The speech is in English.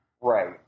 Right